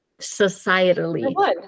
societally